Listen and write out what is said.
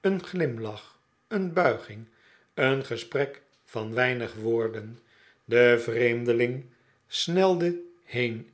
een glimlach een buiging een gesprek van weinig woorden de vreemdeling snelde heen